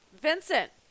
vincent